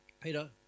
Peter